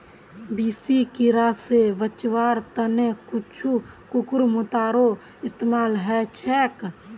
बेसी कीरा स बचवार त न कुछू कुकुरमुत्तारो इस्तमाल ह छेक